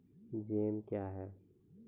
Jam क्या हैं?